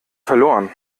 verloren